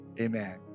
amen